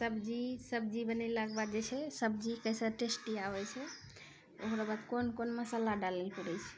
सब्जी सब्जी बनेलाके बाद जे छै सब्जी कइसँ टेस्टी आबै छै ओकरा बाद कोन कोन मसल्ला डालै पड़ै छै